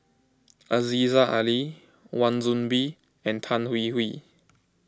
Aziza Ali Wan Soon Bee and Tan Hwee Hwee